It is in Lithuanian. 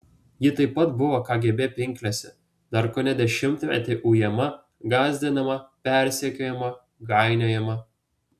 ji taip pat buvo kgb pinklėse dar kone dešimtmetį ujama gąsdinama persekiojama gainiojama